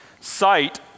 Sight